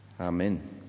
Amen